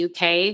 UK